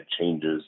changes